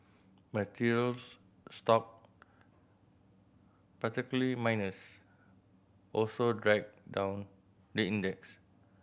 materials stock particularly miners also dragged down the index